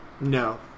No